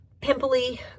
pimply